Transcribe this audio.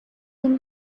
can